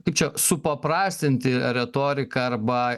kaip čia supaprastinti retoriką arba